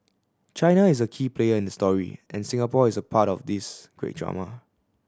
China is a key player in the story and Singapore is a part of this great drama